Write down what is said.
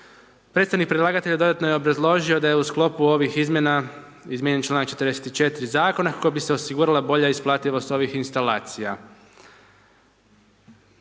Predstavnik predlagatelja dodatno je obrazložio da je u sklopu ovih izmjena izmijenjen čl. 44. zakona kako bi se osigurala bolja isplativost ovih instalacija.